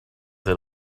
they